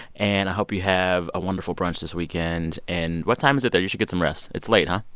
and i hope you have a wonderful brunch this weekend. and what time is it there? you should get some rest. it's late, huh?